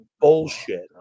bullshit